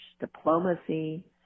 diplomacy